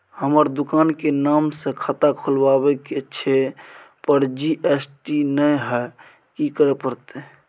हमर दुकान के नाम से खाता खुलवाबै के छै पर जी.एस.टी नय हय कि करे परतै?